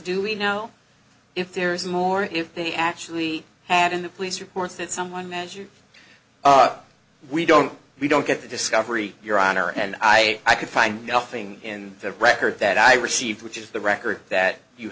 do we know if there is more if they actually had in the police reports that someone as you know we don't we don't get the discovery your honor and i i could find nothing in the record that i received which is the record that you